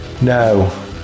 no